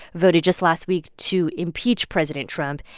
voted just last week to impeach president trump.